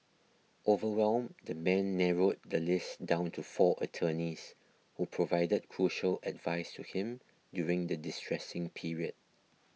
overwhelmed the man narrowed the list down to four attorneys who provided crucial advice to him during the distressing period